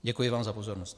Děkuji vám za pozornost.